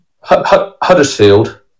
Huddersfield